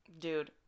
dude